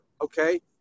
okay